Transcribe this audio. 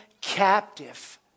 captive